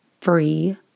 free